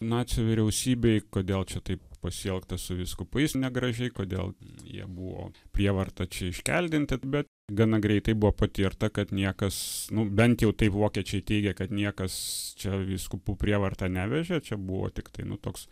nacių vyriausybei kodėl čia taip pasielgta su vyskupais negražiai kodėl jie buvo prievarta čia iškeldinti bet gana greitai buvo patirta kad niekas nu bent jau taip vokiečiai teigė kad niekas čia vyskupų prievarta nevežė čia buvo tiktai nu toks